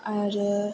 आरो